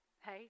Hey